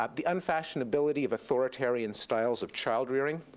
um the unfashioned ability of authoritarian styles of child rearing,